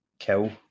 Kill